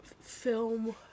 film